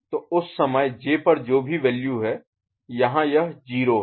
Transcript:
तो उस समय J पर जो भी वैल्यू है यहाँ यह 0 है